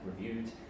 reviewed